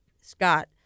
Scott